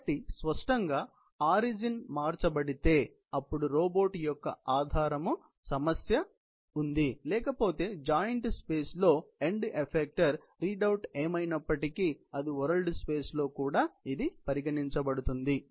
కాబట్టి స్పష్టంగా ఆరిజిన్ మార్చబడితే అప్పుడు రోబోట్ యొక్క ఆధారం అప్పుడు సమస్య ఉంది లేకపోతే జాయింట్ స్పేస్ లో ఎండ్ ఎఫెక్టరు రీడౌట్ ఏమైనప్పటికీ ఆది వరల్డ్ స్పేస్ లో కూడా ఇది పరిగణించబడుతుంది